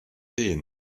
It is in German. sehen